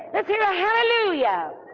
let's hear a hallelujah.